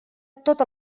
totes